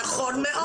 נכון מאוד.